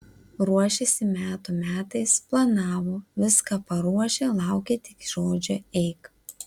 ruošėsi metų metais planavo viską paruošę laukė tik žodžio eik